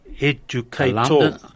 educator